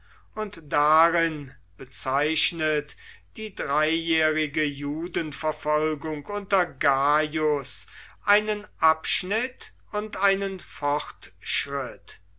und darin bezeichnet die dreijährige judenverfolgung unter gaius einen abschnitt und einen fortschritt